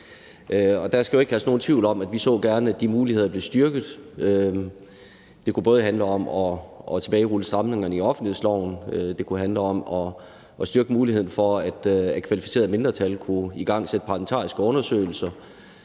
der skal jo ikke herske nogen tvivl om, at vi gerne så, at de muligheder blev styrket. Det kunne både handle om at tilbagerulle stramningerne i offentlighedsloven, og det kunne handle om at styrke muligheden for, at et kvalificeret mindretal kunne igangsætte parlamentariske undersøgelser,